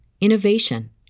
innovation